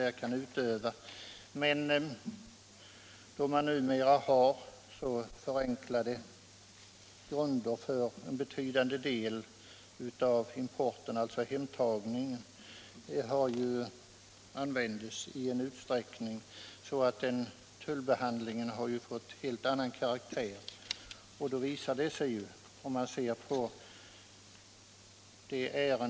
Med de förenklade metoder som används för en betydande del av importen, dvs. hemtagningen, har tullbehandlingen fått en helt annan karaktär.